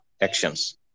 actions